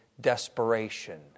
desperation